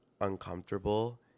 Uncomfortable